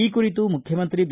ಈ ಕುರಿತು ಮುಖ್ಯಮಂತ್ರಿ ಬಿ